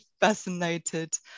fascinated